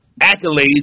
accolades